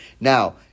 Now